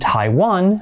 Taiwan